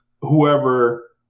whoever